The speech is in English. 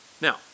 Now